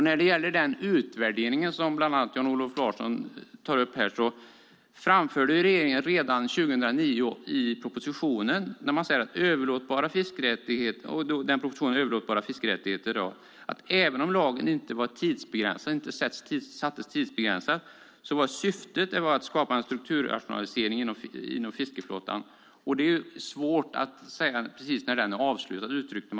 När det gäller den utvärdering som bland andra Jan-Olof Larsson tar upp här framförde regeringen redan 2009 i propositionen Överlåtbara fiskerättigheter att även om lagen inte är tidsbegränsad är syftet att skapa en strukturrationalisering inom fiskeflottan, och det är svårt att säga precis när den är avslutad.